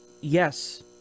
Yes